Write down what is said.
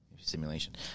Simulation